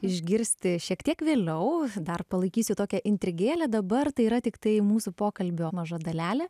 išgirsti šiek tiek vėliau dar palaikysiu tokią intrigėlę dabar tai yra tiktai mūsų pokalbio maža dalelė